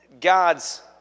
God's